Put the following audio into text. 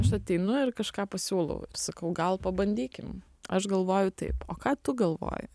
aš ateinu ir kažką pasiūlau ir sakau gal pabandykim aš galvoju taip o ką tu galvoji